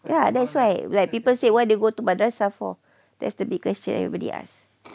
ya that's why like people say why they go to madrasah for that's the big question everybody ask